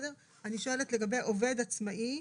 אני שואלת לגבי עובד עצמאי.